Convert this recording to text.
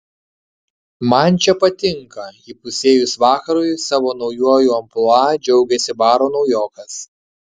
man čia patinka įpusėjus vakarui savo naujuoju amplua džiaugėsi baro naujokas